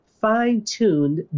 fine-tuned